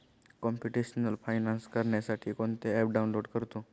computational finance करण्यासाठी कोणते app download करतो